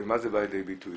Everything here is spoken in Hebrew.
במה זה בא לידי ביטוי?